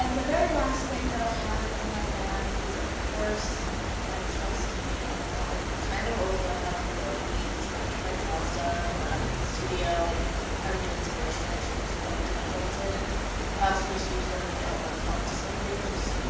um the very last thing that i have in my bag is of course my trusty headphones. kind of always what i have on the go with me because when i get my nails done or when i'm in the studio and trying to get inspiration i just always plug my headphones in and i also just use them if i don't want to talk to somebody. you just, you know,